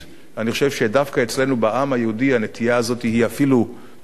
אני חושב שדווקא אצלנו בעם היהודי הנטייה הזאת היא אפילו מוגזמת,